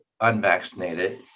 unvaccinated